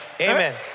Amen